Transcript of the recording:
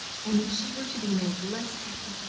and if she were to be made less happy,